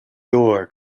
door